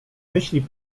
myśl